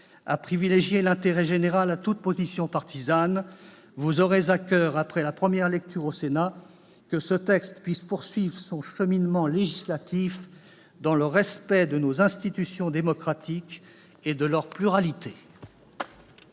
à préférer l'intérêt général à toute position partisane, aurez à coeur, après la première lecture au Sénat, de faire en sorte que ce texte puisse poursuivre son cheminement législatif dans le respect de nos institutions démocratiques et de leur pluralité.